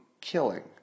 killing